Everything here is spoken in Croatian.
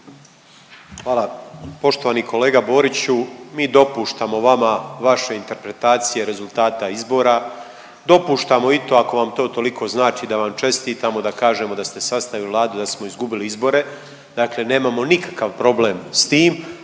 Hvala. Poštovani kolega Boriću mi dopuštamo vama vaše interpretacije rezultata izbora, dopuštamo i to ako vam to toliko znači da vam čestitamo, da kažemo da ste sastavili Vladu da smo izgubili izbore. Dakle, nemamo nikakav problem s tim,